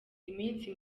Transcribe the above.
iminsi